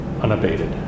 unabated